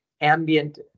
ambient